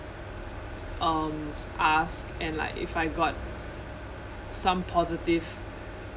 um ask and like if I got some positive